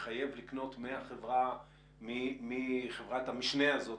מחייב לקרוא מחברת המשנה הזאת,